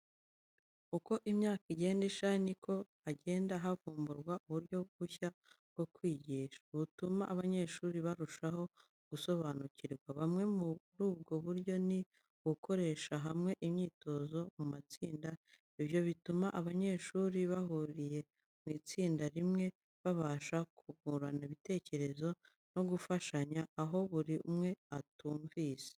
Uko imyaka igenda ishira niko hagenda havumburwa uburyo bushya bwo kwigisha butuma abanyeshuri barushaho gusobanukirwa. Bumwe muri ubwo buryo ni ugukorera hamwe imyitozo mu matsinda. Ibyo bituma abanyeshuri bahuriye mu itsinda rimwe babasha kungurana ibitekerezo no gufashanya aho buri umwe atumvise.